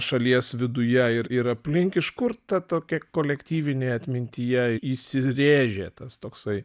šalies viduje ir ir aplink iš kur ta tokia kolektyvinė atmintyje įsirėžė tas toksai